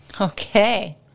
Okay